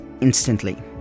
instantly